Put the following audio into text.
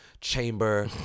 chamber